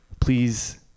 please